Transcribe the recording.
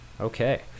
okay